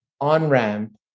on-ramp